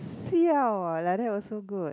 siao ah like that also good